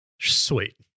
Sweet